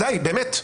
די, באמת.